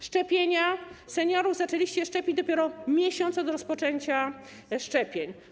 Szczepienia - seniorów zaczęliście szczepić dopiero miesiąc od rozpoczęcia szczepień.